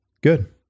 Good